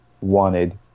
wanted